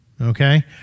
Okay